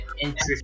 interest